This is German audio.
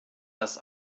das